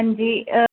हंजी